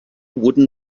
wooden